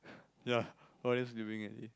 ya all of them sleeping already